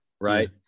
Right